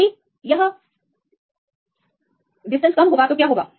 यदि यह पृथक्करण बहुत छोटा है तो कौन सा पद हावी होगा